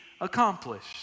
accomplished